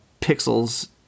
pixels